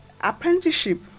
Apprenticeship